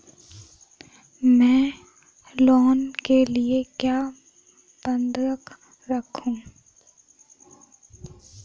मैं लोन के लिए क्या बंधक रखूं?